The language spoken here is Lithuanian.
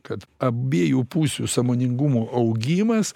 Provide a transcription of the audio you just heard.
kad abiejų pusių sąmoningumo augimas